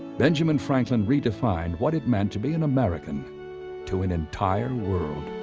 benjamin franklin redefined what it meant to be an american to an entire world.